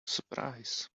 surprise